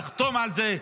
תחתום על זה,